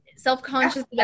Self-conscious